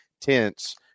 tents